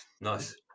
nice